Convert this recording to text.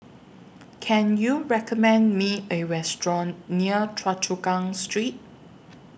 Can YOU recommend Me A Restaurant near Choa Chu Kang Street